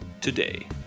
today